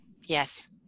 Yes